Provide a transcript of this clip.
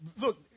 look